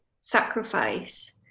sacrifice